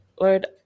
Lord